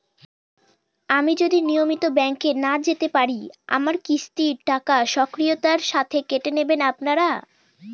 আমি যদি নিয়মিত ব্যংকে না যেতে পারি আমার কিস্তির টাকা স্বকীয়তার সাথে কেটে নেবেন আপনারা?